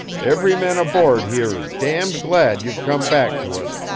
every man aboard here is damned glad you've come back to us.